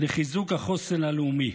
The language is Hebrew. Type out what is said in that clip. לחיזוק החוסן הלאומי.